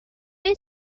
این